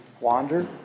wander